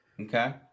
Okay